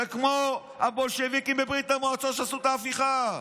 זה כמו הבולשביקים בברית המועצות שעשו את ההפיכה,